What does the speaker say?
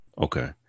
Okay